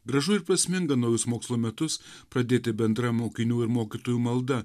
gražu ir prasminga naujus mokslo metus pradėti bendrą mokinių ir mokytojų malda